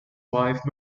wife